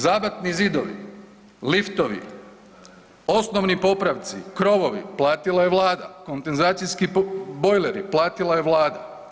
Zabatni zidovi, liftovi, osnovni popravci, krovovi platila je Vlada, kondenzacijski bojleri platila je Vlada.